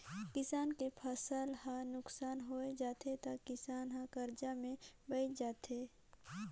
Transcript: किसान के फसल हर नुकसान होय जाथे त किसान हर करजा में बइड़ जाथे